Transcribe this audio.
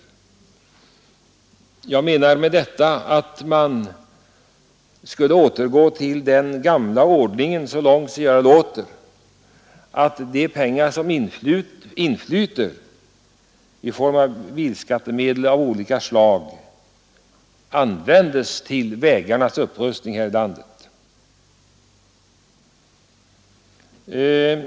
Därmed skulle man så långt sig göra låter återgå till den gamla ordningen, så att de pengar som inflyter i form av bilskattemedel av olika slag användes till vägarnas upprustning.